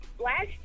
last